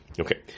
Okay